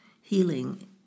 healing